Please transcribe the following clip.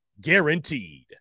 guaranteed